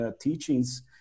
teachings